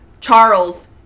Charles